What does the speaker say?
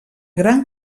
gran